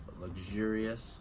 luxurious